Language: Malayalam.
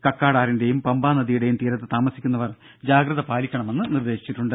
കക്കാട് ആറിന്റെയും പമ്പാ നദിയുടെയും തീരത്ത് താമസിക്കുന്നവർ ജാഗ്രത പാലിക്കണമെന്ന് നിർദ്ദേശിച്ചിട്ടുണ്ട്